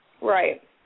Right